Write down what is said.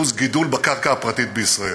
ל-50% גידול בקרקע הפרטית בישראל.